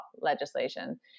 legislation